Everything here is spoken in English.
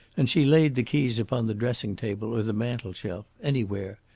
and she laid the keys upon the dressing-table or the mantel-shelf anywhere.